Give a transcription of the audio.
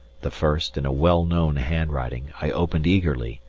the first, in a well-known handwriting, i opened eagerly,